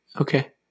Okay